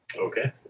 Okay